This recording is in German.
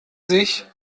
sich